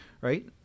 Right